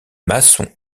maçons